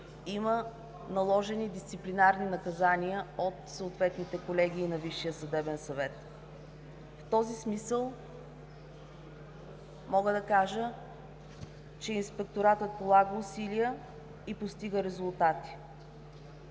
има наложени дисциплинарни наказания от съответните колегии на Висшия съдебен съвет. В този смисъл мога да кажа, че Инспекторатът полага усилия и постига резултати.